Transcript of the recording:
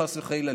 חס וחלילה,